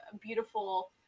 beautiful